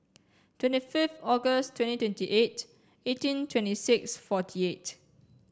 twenty fifth August twenty twenty eight eighteen twenty six forty eight